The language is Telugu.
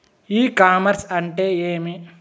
ఇ కామర్స్ అంటే ఏమి?